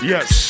Yes